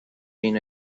been